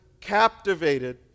captivated